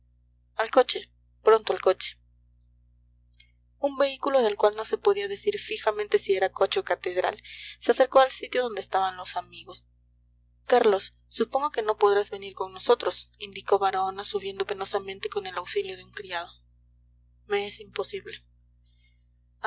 al coche pronto al coche un vehículo del cual no se podía decir fijamente si era coche o catedral se acercó al sitio donde estaban los amigos carlos supongo que no podrás venir con nosotros indicó baraona subiendo penosamente con el auxilio de un criado me es imposible